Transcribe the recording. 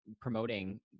promoting